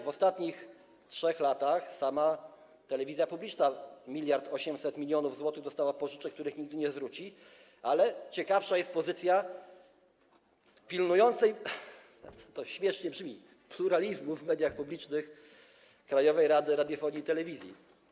W ostatnich 3 latach sama telewizja publiczna dostała 1800 mln zł w ramach pożyczek, których nigdy nie zwróci, ale ciekawsza jest pozycja pilnującej - śmiesznie to brzmi - pluralizmu w mediach publicznych Krajowej Rady Radiofonii i Telewizji.